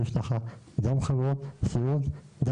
יש גם חברות סיעוד,